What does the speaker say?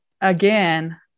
again